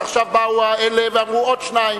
אז עכשיו באו אלה ואמרו: עוד שניים.